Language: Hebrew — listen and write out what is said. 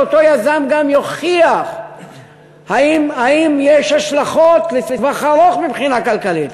שאותו יזם גם יוכיח אם יש השלכות לטווח ארוך מבחינה כלכלית,